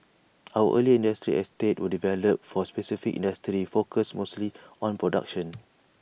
our earlier industrial estates were developed for specific industries focused mostly on production